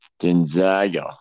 Gonzaga